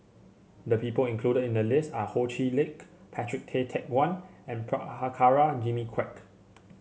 the people included in the list are Ho Chee Lick Patrick Tay Teck Guan and Prabhakara Jimmy Quek